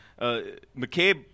McCabe